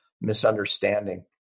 misunderstanding